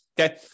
Okay